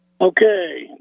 Okay